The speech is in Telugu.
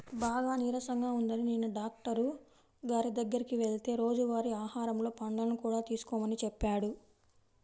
బాగా నీరసంగా ఉందని నిన్న డాక్టరు గారి దగ్గరికి వెళ్తే రోజువారీ ఆహారంలో పండ్లను కూడా తీసుకోమని చెప్పాడు